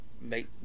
Make